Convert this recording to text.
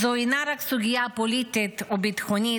זו אינה רק סוגיה פוליטית או ביטחונית,